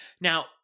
Now